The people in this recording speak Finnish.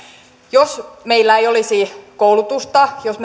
jos meillä ei olisi koulutusta jos